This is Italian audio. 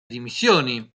dimissioni